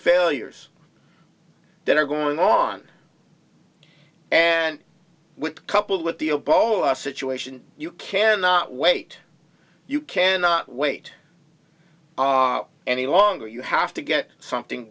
failures that are going on and with coupled with the oboist situation you cannot wait you cannot wait any longer you have to get something